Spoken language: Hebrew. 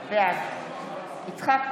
בעד יצחק פינדרוס,